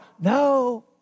no